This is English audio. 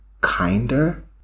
kinder